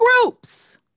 groups